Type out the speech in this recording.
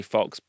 Fox